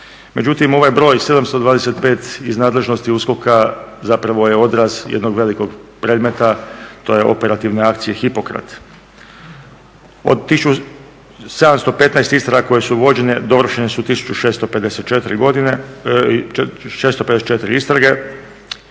Međutim, ovaj broj 725 iz nadležnosti USKOK-a zapravo je odraz jednog velikog predmeta tj. operativne akcije HIPOKRAT. Od 1715 istraga koje su vođene dovršene su 1654 istrage